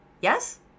Yes